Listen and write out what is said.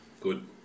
Good